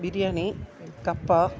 ബിരിയാണി കപ്പ